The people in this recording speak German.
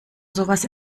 sowas